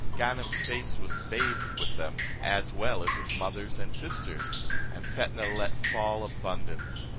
ganem's face was bathed with them, as well as his mother's and sisters and fetnah let fall abundance.